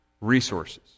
resources